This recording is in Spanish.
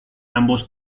ambos